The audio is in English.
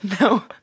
No